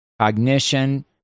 cognition